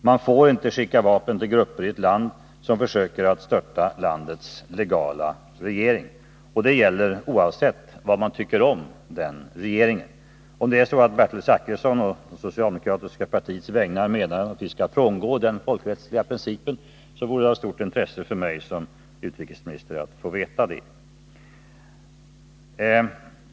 Man får inte skicka vapen till grupper i ett land som försöker störta landets legala regering. Det gäller oavsett vad man tycker om den regering det gäller. Om det är så att Bertil Zachrisson på det socialdemokratiska partiets vägnar menar att vi skall frångå denna mycket viktiga princip, så vore det av stort intresse för mig som utrikesminister att få veta det.